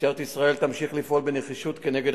משטרת ישראל תמשיך לפעול בנחישות כנגד